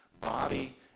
body